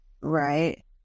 right